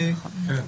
נכון?